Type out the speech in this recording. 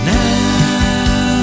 now